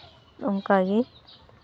ᱚᱱᱠᱟ ᱜᱮ